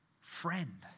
Friend